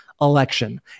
election